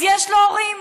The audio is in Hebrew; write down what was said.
אז יש לו הורים.